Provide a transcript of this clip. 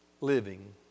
living